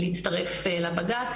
להצטרף לבג"צ,